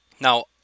Now